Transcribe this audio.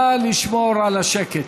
נא לשמור על השקט.